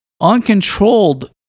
uncontrolled